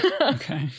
Okay